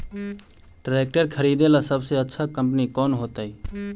Tractor खरीदेला सबसे अच्छा कंपनी कौन होतई?